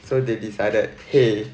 so they decided !hey!